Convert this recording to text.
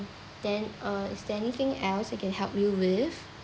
then uh is there anything else I can help you with